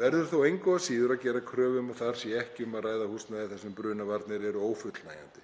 Verður þó engu að síður að gera kröfu um að þar sé ekki um að ræða húsnæði þar sem brunavarnir eru ófullnægjandi.